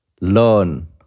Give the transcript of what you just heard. learn